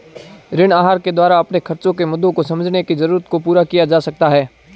ऋण आहार के द्वारा अपने खर्चो के मुद्दों को समझने की जरूरत को पूरा किया जा सकता है